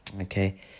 Okay